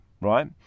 right